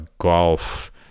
golf